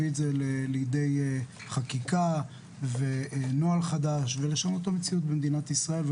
את זה לידי חקיקה ונוהל חדש ולשנות את המציאות במדינת ישראל.